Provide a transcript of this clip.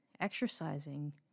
exercising